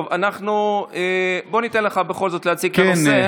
טוב, בוא ניתן לך בכל זאת להציג את הנושא.